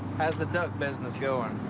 how's the duck business going?